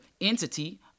entity